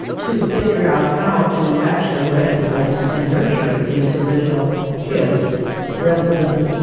to figure out how to actually recognise and nurture these original kids rather than